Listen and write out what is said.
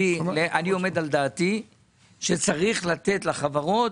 אני עומד על דעתי שצריך לתת לחברות,